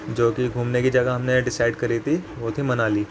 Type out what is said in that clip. جو کہ گھومنے کی جگہ ہم نے ڈسائڈ کری تھی وہ تھی منالی